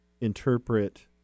interpret